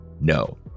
No